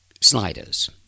sliders